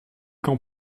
qu’en